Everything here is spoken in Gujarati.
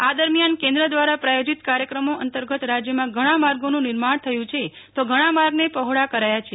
આ દરમિયાન કેન્દ્ર દ્વારા પ્રાયોજીત કાર્યક્રમો અંતર્ગત રાજ્યમાં ઘણા માર્ગોનું નિર્માણ થયું છે તે ઘણા માર્ગને પહોળા કરાયા છે